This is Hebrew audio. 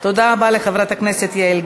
תודה רבה לחברת הכנסת יעל גרמן.